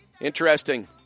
Interesting